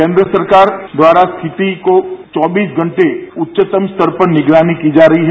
केन्द्र सरकार द्वारा स्थिति को चौबीस घंटे उच्चतम स्तर पर निगरानी की जा रही है